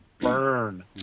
burn